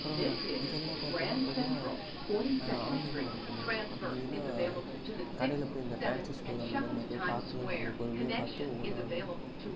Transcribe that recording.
அப்பறம் இதெல்லாம் பார்த்திங்கன்னா பொதுவாக ஆன்லைனில் ஆர்டர் பண்ணுங்கள் அப்படி இல்லைனா கடையில் போய் இந்த பேன்சி ஸ்டோர் அந்த மாதிரி நான் போய் பார்த்து தான் வாங்குவேன் பொறுமையாக பார்த்து ஒவ்வொன்றா வாங்குவேன்